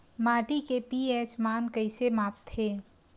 माटी के पी.एच मान कइसे मापथे?